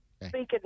speaking